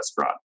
restaurant